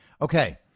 Okay